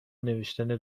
نوشتن